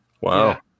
Wow